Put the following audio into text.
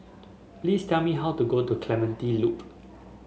please tell me how to go to Clementi Loop